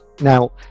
Now